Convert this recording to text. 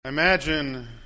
imagine